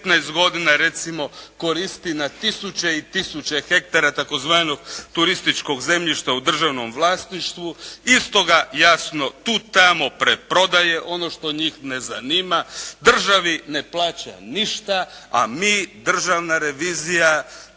godina recimo koristi na tisuće i tisuće hektara tzv. turističkog zemljišta u državnom vlasništvu. I stoga jasno tu i tamo preprodaje ono što njih ne zanima. Državi ne plaća ništa, a mi, Državna revizija,